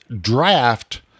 Draft